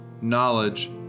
knowledge